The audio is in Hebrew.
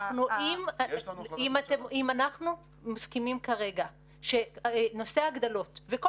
אם אנחנו מסכימים כרגע שנושא ההגדלות וכל